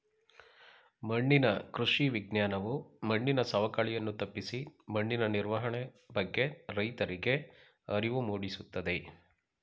ಮಣ್ಣಿನ ಕೃಷಿ ವಿಜ್ಞಾನವು ಮಣ್ಣಿನ ಸವಕಳಿಯನ್ನು ತಪ್ಪಿಸಿ ಮಣ್ಣಿನ ನಿರ್ವಹಣೆ ಬಗ್ಗೆ ರೈತರಿಗೆ ಅರಿವು ಮೂಡಿಸುತ್ತದೆ